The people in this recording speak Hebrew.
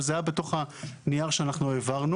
אבל זה היה בתוך הנייר שאנחנו העברנו.